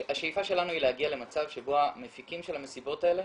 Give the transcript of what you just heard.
להגיע למצב שבו המפיקים של המסיבות האלה